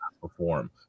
perform